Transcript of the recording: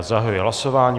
Zahajuji hlasování.